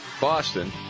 Boston